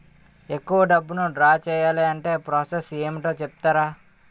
ఎక్కువ డబ్బును ద్రా చేయాలి అంటే ప్రాస సస్ ఏమిటో చెప్తారా?